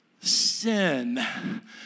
sin